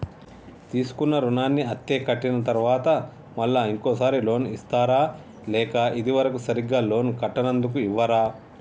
తీసుకున్న రుణాన్ని అత్తే కట్టిన తరువాత మళ్ళా ఇంకో సారి లోన్ ఇస్తారా లేక ఇది వరకు సరిగ్గా లోన్ కట్టనందుకు ఇవ్వరా?